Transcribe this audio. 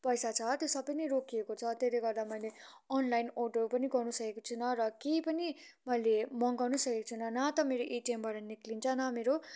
पैसा छ त्यो सबै नै रोकिएको छ त्यसले गर्दा मैले अनलाइन अर्डर पनि गर्नु सकेको छुइनँ र केही पनि मैले मगाउनै सकेको छुइनँ न त मेरो एटिएमबाट निकलिन्छ न मेरो